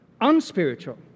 unspiritual